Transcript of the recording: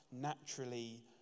naturally